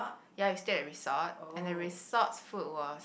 ya we at resort and the resort's food was